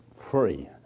Free